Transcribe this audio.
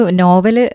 novel